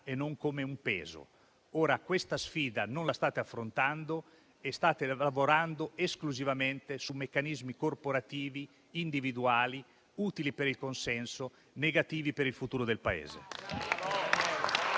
e non come un peso. Questa sfida non la state affrontando e state lavorando esclusivamente su meccanismi corporativi individuali utili per il consenso, ma negativi per il futuro del Paese.